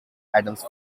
addams